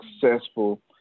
successful